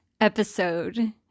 episode